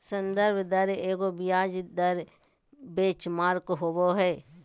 संदर्भ दर एगो ब्याज दर बेंचमार्क होबो हइ